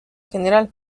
general